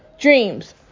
Dreams